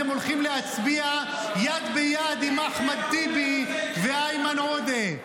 אתם הולכים להצביע יד ביד עם אחמד טיבי ואיימן עודה.